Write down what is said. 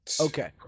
Okay